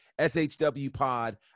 SHWPod